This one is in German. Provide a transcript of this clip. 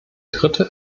dritte